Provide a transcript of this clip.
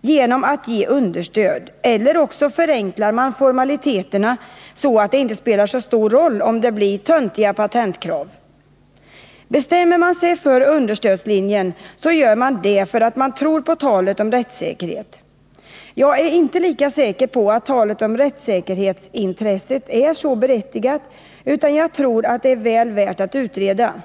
genom att ge understöd, eller också förenklar man formaliteterna, så att det inte spelar så stor roll om det blir töntiga patentkrav. Bestämmer man sig för understödslinjen, gör man det för att man tror på talet om rättssäkerhet. Jag är inte lika säker på att talet om rättssäkerhetsintresset är så berättigat. Jag tror därför att en utredning är befogad.